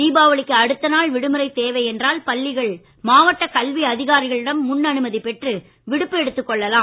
தீபாவளிக்கு அடுத்த நாள் விடுமுறை தேவை என்றால் பள்ளிகள் மாவட்ட கல்வி அதிகாரிகளிடம் முன் அனுமதி பெற்று விடுப்பு எடுத்துக் கொள்ளலாம்